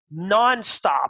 nonstop